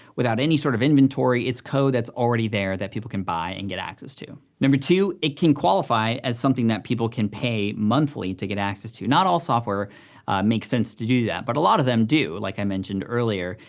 without any sort of inventory, it's code that's already there, that people can buy, and get access to. number two, it can qualify as something that people can pay monthly, to get access to. not all software makes sense to do that, but a lot of them do, like i mentioned earlier,